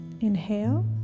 Inhale